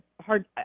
hard